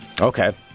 Okay